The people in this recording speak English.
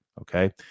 Okay